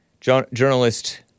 journalist